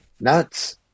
nuts